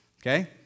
okay